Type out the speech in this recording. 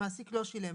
המעסיק לא שילם.